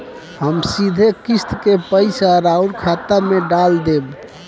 हम सीधे किस्त के पइसा राउर खाता में डाल देम?